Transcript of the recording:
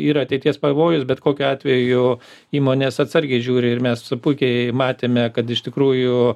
yra ateities pavojus bet kokiu atveju įmonės atsargiai žiūri ir mes puikiai matėme kad iš tikrųjų